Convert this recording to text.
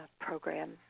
program